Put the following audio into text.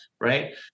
right